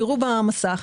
תראו במסך,